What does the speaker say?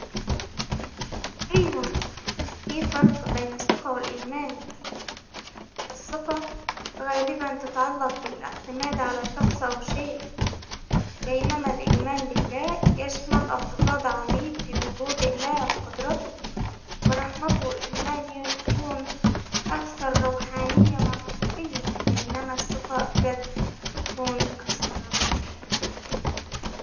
أيوا في فرق بين الثقة والايمان، الثقة غالبا تتعلق بالإعتماد على شخص أو شيء، بينما الإيمان بالله يشمل إعتقاد عميق في وجود الله وقدرته ورحمته ، الإيمان يكون أكثر روحانية وعاطفية، بينما الثقة جد تكون أكثر عملية